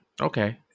Okay